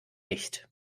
nicht